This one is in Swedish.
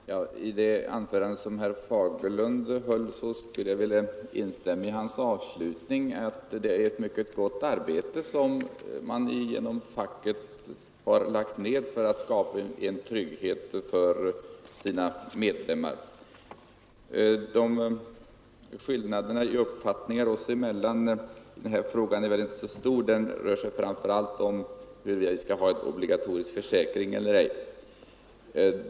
Herr talman! När det gäller det anförande som herr Fagerlund höll skulle jag vilja instämma i innehållet i hans avslutning — att det är ett mycket gott arbete som man genom facket har lagt ned för att skapa trygghet för sina medlemmar. Skillnaderna i uppfattning oss emellan i den här frågan är väl inte så stora — de rör sig framför allt om huruvida vi skall ha en obligatorisk försäkring eller ej.